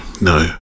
no